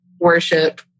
worship